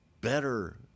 better